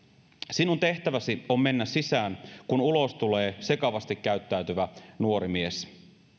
sinun tehtäväsi on mennä sisään kun ulos tulee sekavasti käyttäytyvä nuori mies